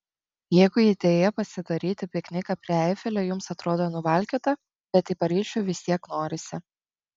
jeigu idėja pasidaryti pikniką prie eifelio jums atrodo nuvalkiota bet į paryžių vis tiek norisi